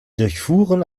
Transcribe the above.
durchfuhren